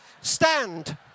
stand